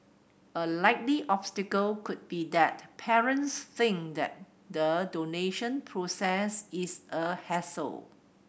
a likely obstacle could be that parents think that the donation process is a hassle